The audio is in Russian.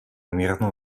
мирную